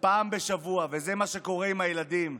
פעם אחת בשבוע, וזה מה שקורה עם הילדים,